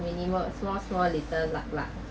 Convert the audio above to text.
minimal small small little luck lah